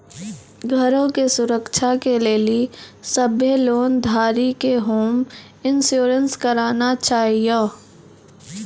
घरो के सुरक्षा के लेली सभ्भे लोन धारी के होम इंश्योरेंस कराना छाहियो